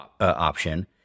option